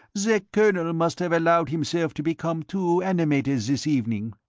the colonel must have allowed himself to become too animated this evening.